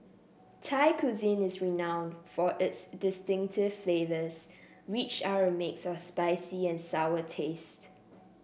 Thai cuisine is renowned for its distinctive flavors which are a mix of spicy and sour taste